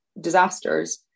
disasters